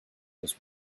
this